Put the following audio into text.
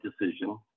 decision